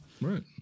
Right